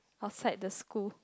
outside the school